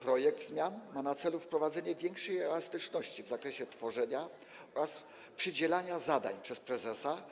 Projekt zmian ma na celu wprowadzenie większej elastyczności w zakresie tworzenia oraz przydzielania zadań przez prezesa